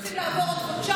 הם צריכים לעבור עוד חודשיים,